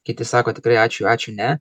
kiti sako tikrai ačiū ačiū ne